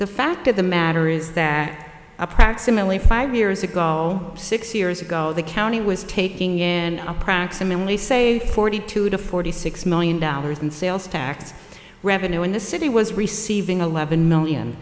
the fact of the matter is that approximately five years ago six years ago the county was taking in approximately say forty two to forty six million dollars in sales tax revenue and the city was receiving eleven million